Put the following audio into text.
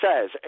says